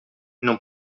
non